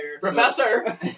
Professor